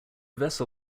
vessel